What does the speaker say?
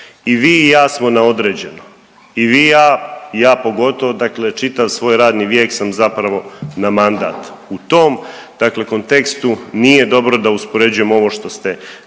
I vi i ja smo na određeno i vi i ja, ja pogotovo, dakle čitav svoj radni vijek sam zapravo na mandat. U tom dakle kontekstu nije dobro da uspoređujemo ovo što ste vi